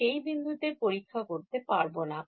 সেই বিন্দুতে পরীক্ষা করতে পারবোনা